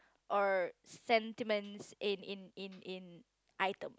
or sentiments in in in in item